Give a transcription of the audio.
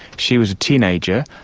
she was a teenager,